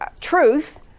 truth